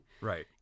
right